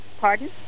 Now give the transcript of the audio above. Pardon